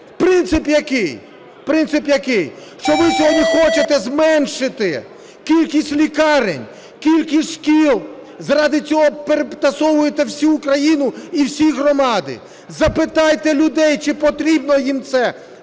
Принцип який? Що ви сьогодні хочете зменшити кількість лікарень, кількість шкіл, заради цього перетасовуєте всю Україну і всі громади. Запитайте людей, чи потрібно їм це,